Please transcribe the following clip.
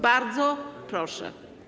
Bardzo proszę.